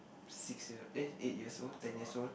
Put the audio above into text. six year eh eight years old ten years old